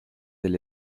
del